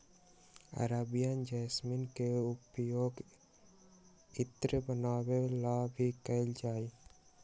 Arabian jasmine के पउपयोग इत्र बनावे ला भी कइल जाहई